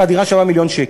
והדירה שווה מיליון שקל.